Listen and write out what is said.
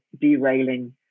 derailing